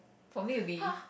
for me will be